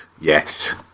yes